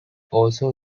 also